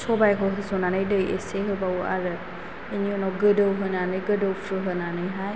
सबाइखौ होसननानै दै एसे होबावो आरो बेनि उनाव गोदौहोनानै गोदौफ्रुहोनानैहाय